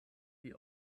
die